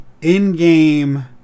in-game